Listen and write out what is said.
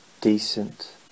decent